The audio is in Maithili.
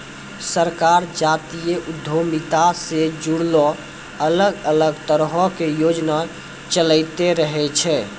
सरकार जातीय उद्यमिता से जुड़लो अलग अलग तरहो के योजना चलैंते रहै छै